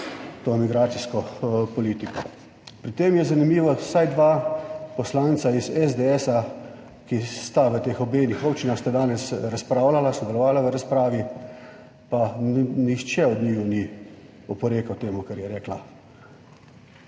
to migracijsko politiko. Pri tem je zanimivo, vsaj dva poslanca iz SDS, ki sta v teh obeh občinah sta danes razpravljala, sodelovala v razpravi, pa nihče od njiju ni oporekal temu, kar je rekla